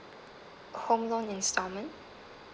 home loan instalment